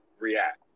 react